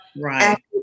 Right